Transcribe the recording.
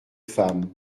femmes